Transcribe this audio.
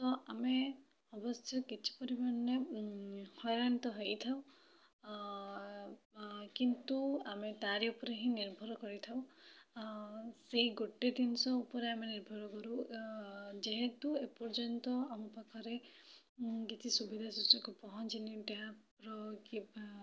ତ ଆମେ ଅବଶ୍ୟ କିଛି ପରିମାଣରେ ହଇରାଣ ତ ହୋଇଥାଉ କିନ୍ତୁ ଆମେ ତାରି ଉପରେ ହିଁ ନିର୍ଭର କରିଥାଉ ସେଇ ଗୋଟିଏ ଜିନିଷ ଉପରେ ଆମେ ନିର୍ଭର କରୁ ଯେହେତୁ ଏପର୍ଯ୍ୟନ୍ତ ଆମ ପାଖରେ କିଛି ସୁବିଧା ସୁଯୋଗ ପହଁଞ୍ଚିନି ଟ୍ୟାପର କିମ୍ବା